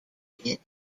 bit